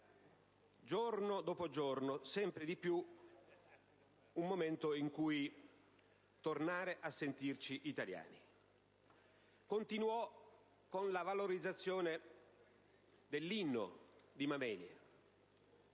giorno dopo giorno, sempre di più un modo in cui tornare a sentirci italiani. Continuò con la valorizzazione dell'Inno di Mameli,